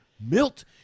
Milt